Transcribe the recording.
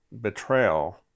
betrayal